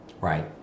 right